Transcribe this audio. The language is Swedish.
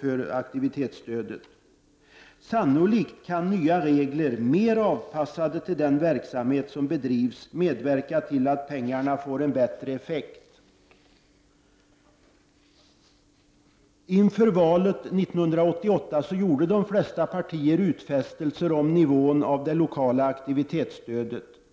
för aktivitetsstödet. Sannolikt kan nya regler, mer avpassade till den verksamhet som bedrivs, medverka till att pengarna får en bättre effekt. Inför valet 1988 gjorde de flesta partier utfästelser om nivån på det lokala aktivitetsstödet.